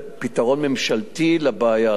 פתרון ממשלתי לבעיה הזאת.